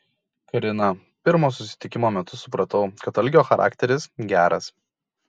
karina pirmo susitikimo metu supratau kad algio charakteris geras